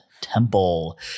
Temple